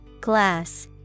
Glass